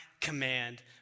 command